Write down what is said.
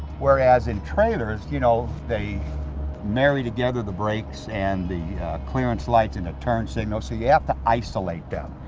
whereas in trailers you know they marry together the brakes and the clearance lights in a turn signal, so you yeah to isolate them.